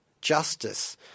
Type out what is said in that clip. justice